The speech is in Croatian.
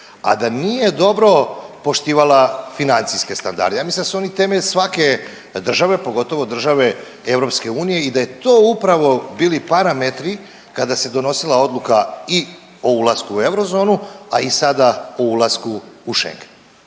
a da nije dobro poštivala financijske standarde. Ja mislim da su oni temelj svake države pogotovo države EU i da je to upravo bili parametri kada se donosila odluka i o ulasku u eurozonu, a i sada o ulasku u Schengen.